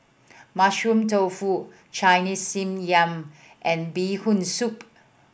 Mushroom Tofu Chinese Steamed Yam and Bee Hoon Soup